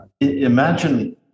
Imagine